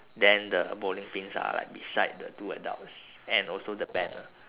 then the bowling pins are like beside the two adults and also the banner